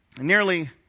nearly